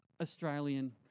Australian